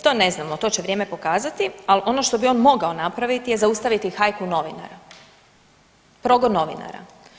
To ne znamo, to će vrijeme pokazati, ali ono što bi on mogao napraviti, zaustaviti hajku novinara, progon novinara.